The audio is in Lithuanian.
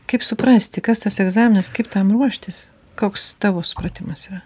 kaip suprasti kas tas egzaminas kaip tam ruoštis koks tavo supratimas yra